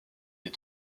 des